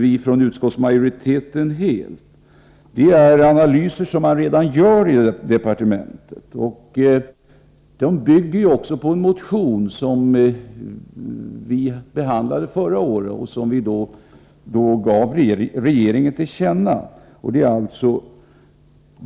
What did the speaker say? I den frågan delar utskottsmajoriteten helt motionärernas uppfattning. Det här bygger på behandlingen av en motion förra året, och riksdagen gav då regeringen till känna vad som beslutats.